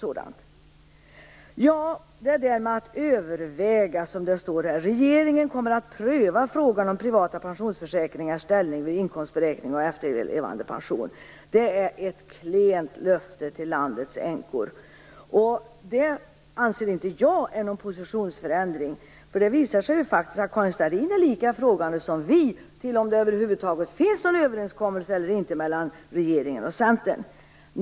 I svaret står det apropå det här med att överväga: Regeringen kommer att pröva frågan om privata pensionsförsäkringars ställning vid inkomstberäkning av efterlevandepension. Det är ett klent löfte till landets änkor. Det anser inte jag vara någon positionsförändring. Det visar sig ju faktiskt att Karin Starrin är lika frågande som vi till om det över huvud taget finns någon överenskommelse mellan regeringen och Centern.